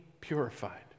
purified